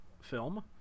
film